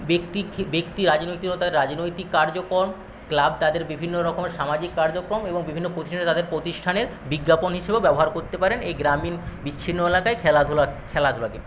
ব্যক্তি ব্যক্তি রাজনৈতিকতায় রাজনৈতিক কার্যক্রম ক্লাব তাদের বিভিন্ন রকমের সামাজিক কার্যক্রম এবং বিভিন্ন কোচিংয়ে তাদের প্রতিষ্ঠানের বিজ্ঞাপন হিসাবেও ব্যবহার করতে পারেন এই গ্রামীণ বিচ্ছিন্ন এলাকায় খেলাধুলা খেলাধুলাকে